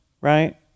right